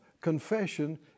confession